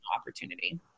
opportunity